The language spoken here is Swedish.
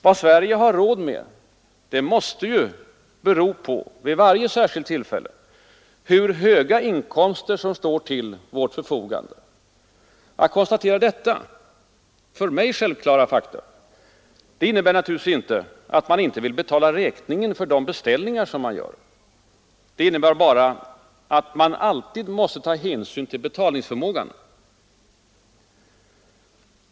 Vad Sverige har råd med måste ju vid varje särskilt tillfälle bero på hur höga inkomster som står till vårt förfogande. Att konstatera detta för mig självklara faktum innebär naturligtvis inte att man inte vill betala räkningen för de beställningar som man gör. Det innebär att man alltid måste ta hänsyn till betalningsförmågan.